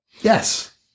Yes